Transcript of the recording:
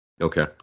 Okay